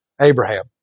Abraham